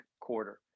quarter